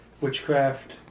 Witchcraft